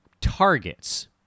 targets